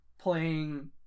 playing